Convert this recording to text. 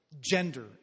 gender